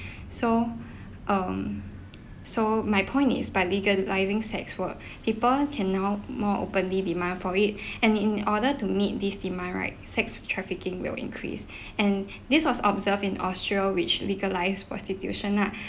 so um so my point is by legalising sex work people can now more openly demand for it and in order to meet this demand right sex trafficking will increase and this was observed in austria which legalised prostitution nah